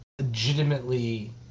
legitimately